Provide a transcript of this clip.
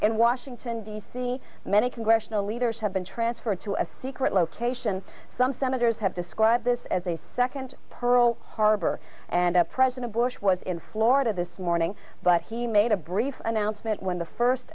in washington d c many congressional leaders have been transferred to a secret location some senators have described this as a second pearl harbor and up president bush was in florida this morning but he made a brief announcement when the first